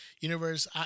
universe